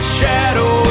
shadow